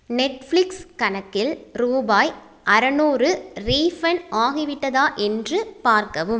Netflix கணக்கில் ரூபாய் அறநூறு ரீஃபண்ட் ஆகிவிட்டதா என்று பார்க்கவும்